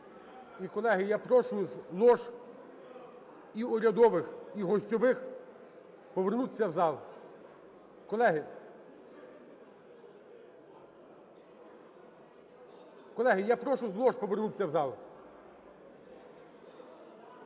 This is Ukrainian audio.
І, колеги, я прошу з лож і урядових, і гостьових повернутися в зал. Колеги! Колеги, я прошу з лож повернутися в зал.